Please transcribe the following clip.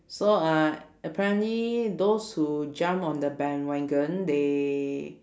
so uh apparently those who jump on the bandwagon they